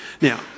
Now